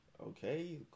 okay